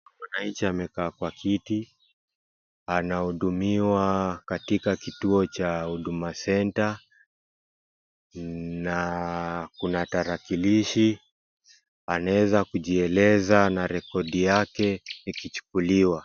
Mwananchi amekaa kwa kiti. Anahudumiwa katika kituo cha huduma center na kunatalakilishi. Anaeza kujieleza na rekodi yake ikichukuliwa.